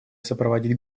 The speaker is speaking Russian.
сопроводить